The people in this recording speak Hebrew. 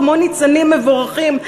כמו ניצנים מבורכים,